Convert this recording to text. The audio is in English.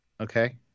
Okay